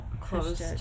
closed